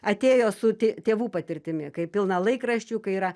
atėjo su tė tėvų patirtimi kaip pilna laikraščių kai yra